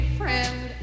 friend